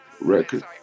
record